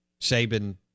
Saban